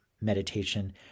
meditation